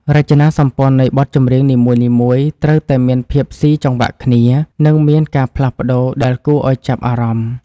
រចនាសម្ព័ន្ធនៃបទចម្រៀងនីមួយៗត្រូវតែមានភាពស៊ីចង្វាក់គ្នា និង មានការផ្លាស់ប្តូរដែលគួរឱ្យចាប់អារម្មណ៍។